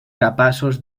capaços